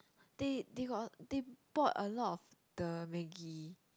they they got they bought a lot of the maggi